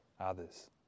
others